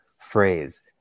phrase